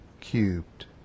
cubed